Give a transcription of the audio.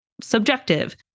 subjective